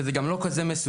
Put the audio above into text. וזה גם לא כזה מסובך.